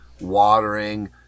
watering